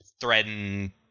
threaten